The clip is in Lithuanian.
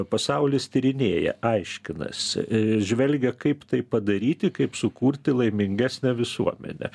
pasaulis tyrinėja aiškinasi žvelgia kaip tai padaryti kaip sukurti laimingesnę visuomenę